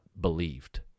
believed